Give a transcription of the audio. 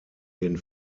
den